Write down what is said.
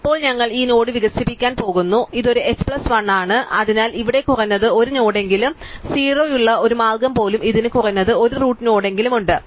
അതിനാൽ ഇപ്പോൾ ഞങ്ങൾ ഈ നോഡ് വികസിപ്പിക്കാൻ പോകുന്നു ഇപ്പോൾ ഇത് ഒരു h പ്ലസ് 1 ആണ് അതിനാൽ ഇവിടെ കുറഞ്ഞത് 1 നോഡെങ്കിലും 0 ഉള്ള ഒരു മാർഗ്ഗം പോലും ഇതിന് കുറഞ്ഞത് ഒരു റൂട്ട് നോഡെങ്കിലും ഉണ്ട്